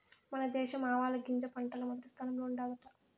మన దేశం ఆవాలగింజ పంటల్ల మొదటి స్థానంలో ఉండాదట